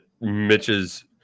Mitch's